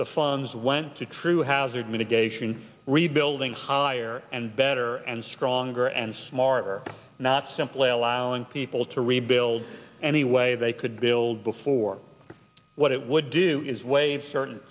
the funds went to a true hazard mitigation rebuilding higher and better and stronger and smarter not simply allowing people to rebuild anyway they could build before what it would do is wave certain